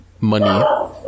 money